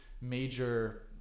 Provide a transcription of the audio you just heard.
major